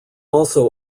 also